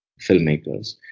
filmmakers